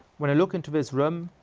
when i look into this room,